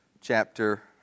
chapter